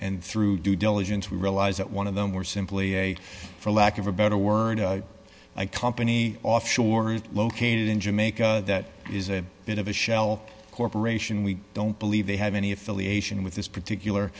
and through due diligence we realised that one of them were simply a for lack of a better word a company offshore located in jamaica that is a bit of a shell corporation we don't believe they have any affiliation with this particular